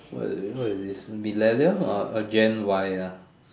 what what is this millennial or gen Y ah